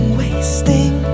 wasting